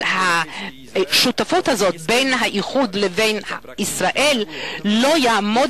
אבל השותפות הזאת בין האיחוד לבין ישראל לא תעמוד